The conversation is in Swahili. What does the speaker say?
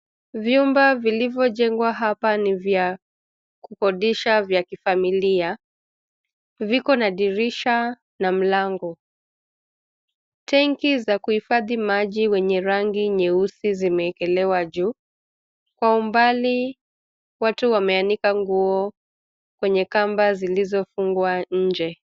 Vyumba vilivyojengwa hapa ni vya, kukodisha vya kifamilia, viko na dirisha, na mlango, tenki za kuhifadhi maji wenye rangi nyeusi zimeekelewa juu, kwa umbali, watu wameanika nguo, kwenye kamba zilizofungwa nje.